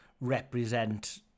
represent